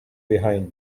behind